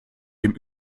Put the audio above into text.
dem